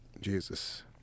Jesus